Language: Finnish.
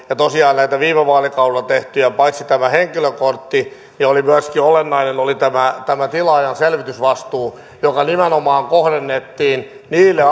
ja tosiaan näistä viime vaalikaudella tehdyistä paitsi tämä henkilökortti myöskin olennainen oli tämä tämä tilaajan selvitysvastuu joka nimenomaan kohdennettiin niille